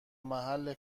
محل